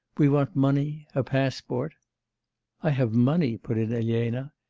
we want money, a passport i have money put in elena.